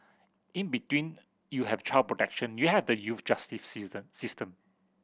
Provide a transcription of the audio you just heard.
in between you have child protection you have the youth justice season system